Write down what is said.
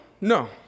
no